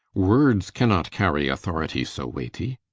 words cannot carrie authority so weighty